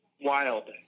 Wild